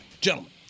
Gentlemen